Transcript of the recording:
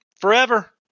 forever